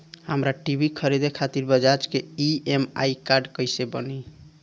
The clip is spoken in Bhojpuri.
हमरा टी.वी खरीदे खातिर बज़ाज़ के ई.एम.आई कार्ड कईसे बनी?